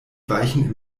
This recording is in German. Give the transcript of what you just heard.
weichen